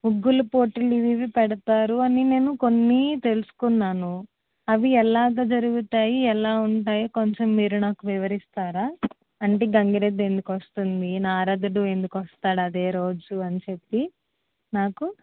ముగ్గులు పోటీలు ఇవి ఇవి పెడతారు అని నేను కొన్ని తెలుసుకున్నాను అవి ఎలాగ జరుగుతాయి ఎలా ఉంటాయి కొంచం మీరు నాకు వివరిస్తారా అంటే గంగిరెద్దు ఎందుకు వస్తుంది నారదుడు ఎందుకు వస్తాడు అదే రోజు అని చెప్పి నాకు